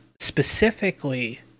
specifically